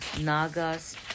nagas